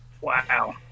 wow